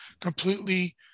completely